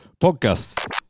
podcast